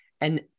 And-